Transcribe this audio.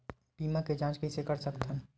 बीमा के जांच कइसे कर सकत हन?